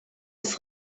ist